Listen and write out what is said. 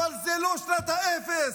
אבל זו לא שנת האפס.